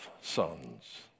sons